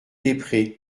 desprez